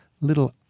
little